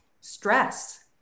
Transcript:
stress